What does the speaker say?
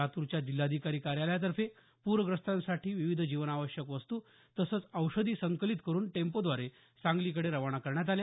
लातूरच्या जिल्हाधिकारी कार्यालयातर्फे पूरग्रस्तांसाठी विविध जीवनावश्यक वस्तू तसंच औषधी संकलित करुन टॅम्पोव्दारे सांगलीकडे रवाना करण्यात आल्या